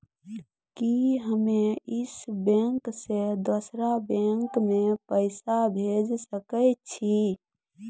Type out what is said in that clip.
कि हम्मे इस बैंक सें दोसर बैंक मे पैसा भेज सकै छी?